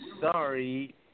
sorry